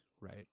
right